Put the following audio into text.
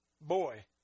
Boy